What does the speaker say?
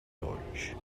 torch